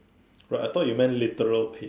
right I thought you meant literal pace